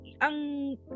ang